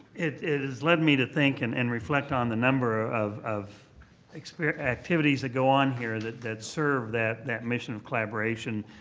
it it has led me to think and and reflect on the number of of activities that go on here that that serve that that mission of collaboration.